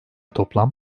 toplam